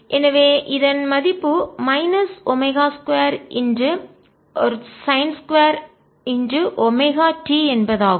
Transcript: எனவே இதன் மதிப்பு மைனஸ் ஒமேகா2 ஒரு சைன் 2 ஒமேகா t என்பதாகும்